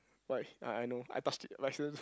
why I I know I touch it license